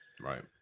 Right